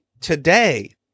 today